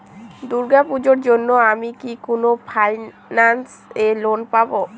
দূর্গা পূজোর জন্য আমি কি কোন ফাইন্যান্স এ লোন পাবো?